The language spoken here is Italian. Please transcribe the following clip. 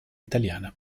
italiana